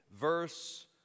verse